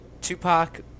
Tupac